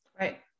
Right